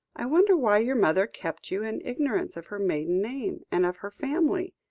i wonder why your mother kept you in ignorance of her maiden name, and of her family?